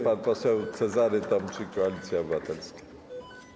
Pan poseł Cezary Tomczyk, Koalicja Obywatelska.